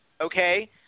Okay